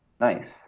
Nice